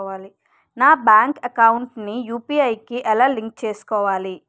నా bank account ని UPI కి ఎలా లింక్ చేసుకోవాలి?